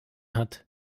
hat